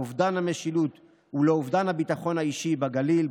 לאובדן המשילות ולאובדן הביטחון האישי בגליל,